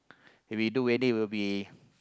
if we do wedding will be